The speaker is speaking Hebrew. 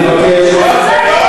אני מבקש.